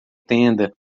tenda